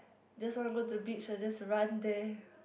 just want to go to the beach I just run there